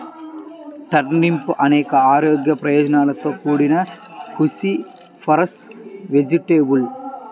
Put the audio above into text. టర్నిప్లు అనేక ఆరోగ్య ప్రయోజనాలతో కూడిన క్రూసిఫరస్ వెజిటేబుల్